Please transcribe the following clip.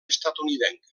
estatunidenca